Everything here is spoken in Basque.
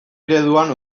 ereduan